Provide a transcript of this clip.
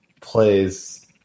plays